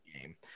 game